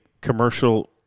commercial –